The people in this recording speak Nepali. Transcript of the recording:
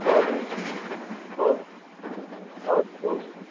हजुर हजुर हजुर हुन्छ